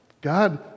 God